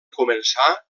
començar